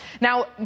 Now